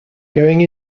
going